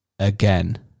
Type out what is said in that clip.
Again